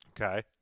Okay